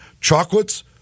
chocolates